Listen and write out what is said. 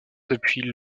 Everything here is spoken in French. depuis